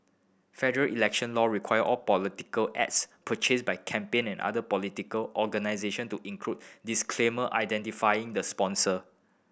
federal election law require all political ads purchased by campaign and other political organisation to include disclaimer identifying the sponsor